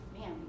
man